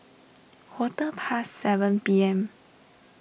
quarter past seven P M